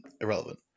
Irrelevant